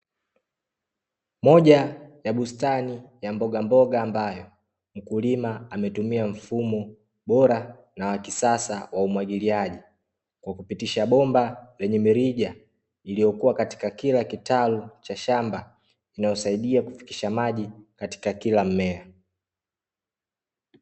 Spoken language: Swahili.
Moja ya bustani ya mbogamboga ambayo mkulima ametumia mfumo bora na wa kisasa wa umwagiliaji kwa kupitisha bomba lenye mirija iliyokuwa katika kila kitalu cha shamba inayosaidia kufikisha maji katika kila mmea.